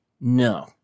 No